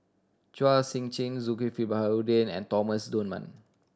Chua Sian Chin Zulkifli Baharudin and Thomas Dunman